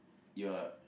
you are